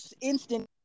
instant